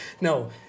no